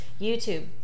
YouTube